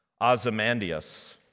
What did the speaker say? Ozymandias